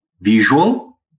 visual